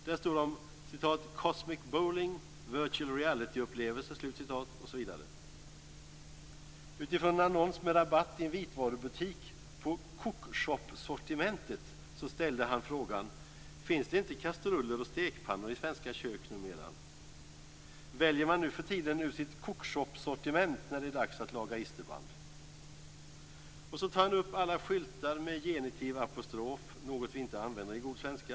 Där stod om "cosmic bowling, vitualreality upplevelser" osv. Utifrån en annons med rabatt i en vitvarubutik på "Cookshopsortimentet" ställde han frågan: "Finns det inte kastruller och stekpannor i svenska kök numera? Väljer man nuförtiden ur sitt Cookshopsortiment när det är dags att laga isterband?" Och så tar han upp alla skyltar med genitivapostrof - något vi inte använder i god svenska.